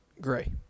gray